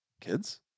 kids